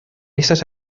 estas